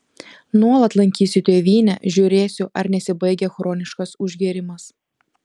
nuolat lankysiu tėvynę žiūrėsiu ar nesibaigia chroniškas užgėrimas